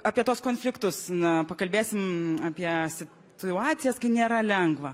apie tuos konfliktus na pakalbėsim apie situacijas kai nėra lengva